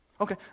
Okay